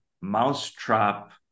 mousetrap